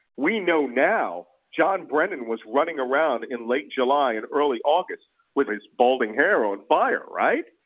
we know now john brennan was running around in late july and early august with his balding hair on fire, right?